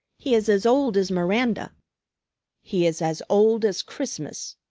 he is as old as miranda he is as old as christmas,